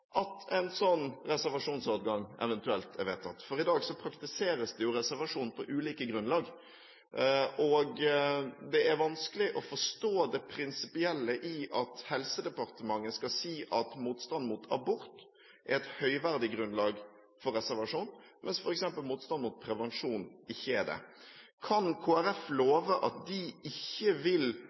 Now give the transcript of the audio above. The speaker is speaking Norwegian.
at en sånn reservasjonsadgang eventuelt er vedtatt, for i dag praktiseres det jo reservasjon på ulike grunnlag. Det er vanskelig å forstå det prinsipielle i at Helsedepartementet skal si at motstanden mot abort er et høyverdig grunnlag for reservasjon, mens f.eks. motstanden mot prevensjon ikke er det. Kan Kristelig Folkeparti love at de ikke vil